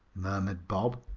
murmured bob.